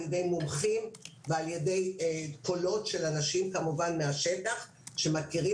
על ידי מומחים ועל ידי קולות של אנשים כמובן מהשטח שמכירים